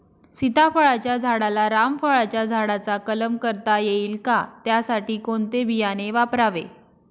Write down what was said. सीताफळाच्या झाडाला रामफळाच्या झाडाचा कलम करता येईल का, त्यासाठी कोणते बियाणे वापरावे?